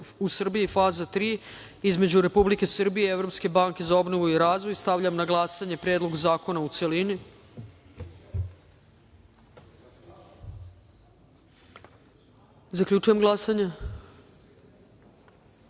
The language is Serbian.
u Srbiji, faza III između Republike Srbije i Evropske banke za obnovu i razvoj. Stavljam na glasanje Predlog zakona, u celini. Zaključujem glasanje: